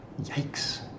Yikes